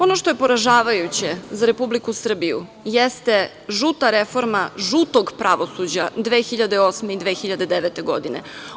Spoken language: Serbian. Ono što je poražavajuće za Republiku Srbiju jeste žuta reforma žutog pravosuđa 2008. i 2009. godine.